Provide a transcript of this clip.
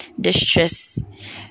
distress